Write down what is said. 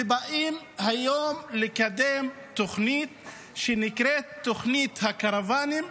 ובאים היום לקדם תוכנית שנקראת תוכנית הקרוונים,